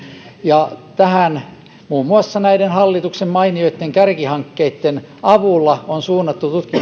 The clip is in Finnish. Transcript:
tähän on muun muassa näiden hallituksen mainioitten kärkihankkeitten avulla suunnattu tutkimus ja